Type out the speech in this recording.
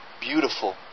Beautiful